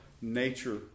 nature